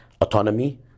autonomy